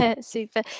Super